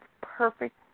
perfect